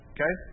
Okay